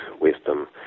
wisdom